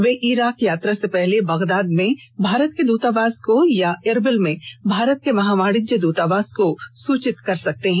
वे Iraq यात्रा से पहले बगदाद में भारत के दृतावास को या इरबिल में भारत के महावाणिज्य द्रतावास को सूचित कर सकते हैं